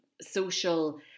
social